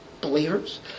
Believers